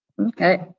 Okay